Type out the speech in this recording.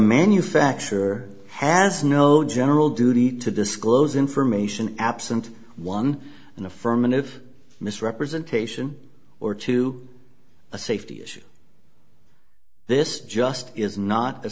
manufacturer has no general duty to disclose information absent one an affirmative misrepresentation or to a safety issue this just is not